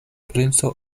princo